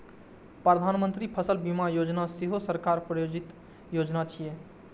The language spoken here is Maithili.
प्रधानमंत्री फसल बीमा योजना सेहो सरकार प्रायोजित योजना छियै